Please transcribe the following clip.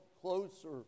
closer